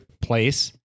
place